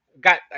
got